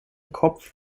kopf